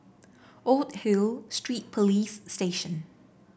Old Hill Street Police Station